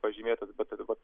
pažymėtas bet tai dabar